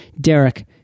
Derek